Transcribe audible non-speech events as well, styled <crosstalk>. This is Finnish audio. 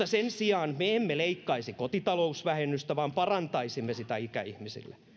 <unintelligible> sen sijaan me emme leikkaisi kotitalousvähennystä vaan parantaisimme sitä ikäihmisille